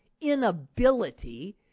inability